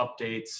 updates